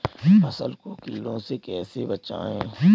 फसल को कीड़ों से कैसे बचाएँ?